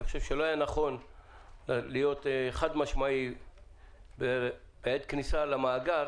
אני חושב שלא היה נכון להיות חד-משמעי בעת הכניסה למאגר,